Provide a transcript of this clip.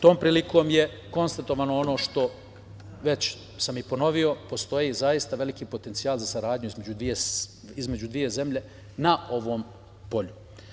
Tom prilikom je konstatovano ono što sam već i ponovio, postoji zaista veliki potencijal za saradnju između dve zemlje na ovom polju.